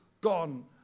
gone